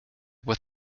with